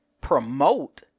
promote